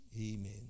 Amen